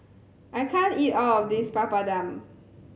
I can't eat all of this Papadum